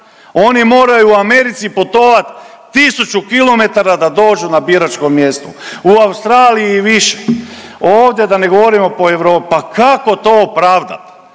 Oni moraju u Americi putovati 1000 km da dođu na biračko mjesto, u Australiji i više! Ovdje da ne govorimo po Europi. Pa kako to opravdati?